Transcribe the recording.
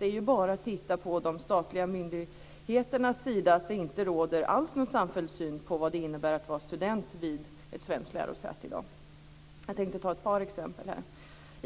Det är bara att titta på de statliga myndigheterna för att inse att det inte alls råder någon samfälld syn på vad det innebär att vara student vid ett svenskt lärosäte i dag. Jag tänkte ta upp ett par exempel på detta här.